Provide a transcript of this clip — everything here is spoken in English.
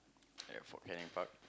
at Fort-Canning-Park